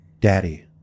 Daddy